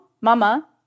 mama